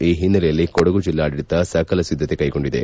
ಈ ಹಿನ್ನಲೆಯಲ್ಲಿ ಕೊಡಗು ಜಿಲ್ಲಾಡಳಿತ ಸಕಲ ಸಿದ್ದತೆ ಕೈಗೊಂಡಿದೆ